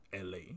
LA